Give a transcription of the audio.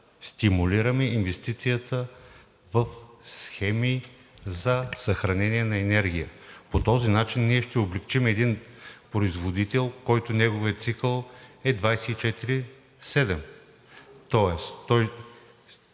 стимулираме инвестицията в схеми за съхранение на енергия. По този начин ние ще облекчим един производител, на който неговият цикъл е 24/7, тоест той,